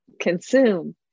consume